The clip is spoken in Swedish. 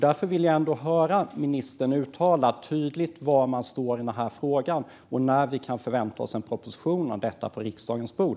Därför vill jag höra ministern uttala tydligt var man står i denna fråga och när vi kan förvänta oss en proposition om detta på riksdagens bord.